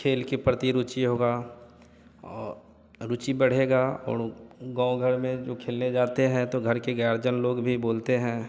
खेल के प्रति रुचि होगा औ रुचि बढ़ेगा और गाँव घर में जो खेलने जाते हैं तो घर के गर्जन लोग भी बोलते हैं